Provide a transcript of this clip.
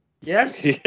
yes